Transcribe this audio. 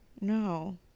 No